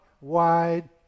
wide